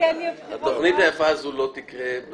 --- יהיו בחירות --- התוכנית היפה הזו לא תקרה.